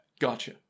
gotcha